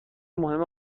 مهم